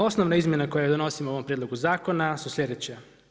Osnovne izmjene koje donosimo u ovom prijedlogu zakona su sljedeće.